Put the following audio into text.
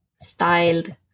styled